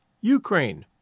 Ukraine